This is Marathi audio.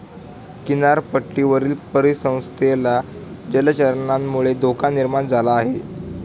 किनारपट्टीवरील परिसंस्थेला जलचरांमुळे धोका निर्माण झाला आहे